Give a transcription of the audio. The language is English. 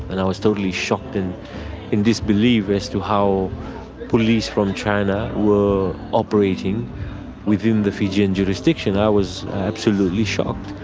and i was totally shocked and in disbelief as to how police from china were operating within the fijian jurisdiction, i was absolutely shocked.